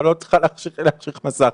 אבל את לא צריכה להחשיך מסך.